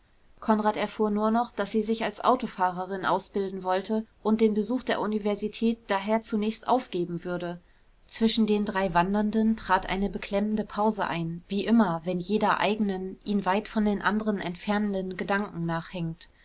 konrad erfuhr nur noch daß sie sich als autofahrerin ausbilden wollte und den besuch der universität daher zunächst aufgeben würde zwischen den drei wandernden trat eine beklemmende pause ein wie immer wenn jeder eigenen ihn weit von den anderen entfernenden gedanken